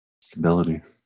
stability